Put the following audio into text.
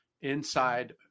inside